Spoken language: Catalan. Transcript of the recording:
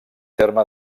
terme